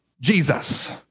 Jesus